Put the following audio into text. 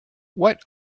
what